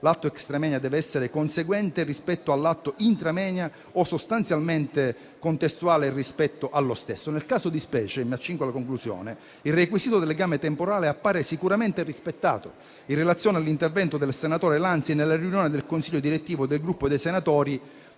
l'atto *extra moenia* deve essere conseguente rispetto all'atto *intra moenia* o sostanzialmente contestuale rispetto allo stesso. Nel caso di specie il requisito del legame temporale appare sicuramente rispettato in relazione all'intervento del senatore Lanzi nella riunione del consiglio direttivo del Gruppo dei senatori